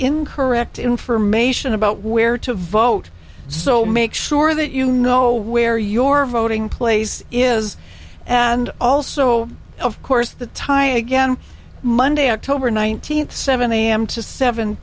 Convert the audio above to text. incorrect information about where to vote so make sure that you know where your voting place is and also of course the tie again monday october nineteenth seven am to seven